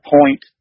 point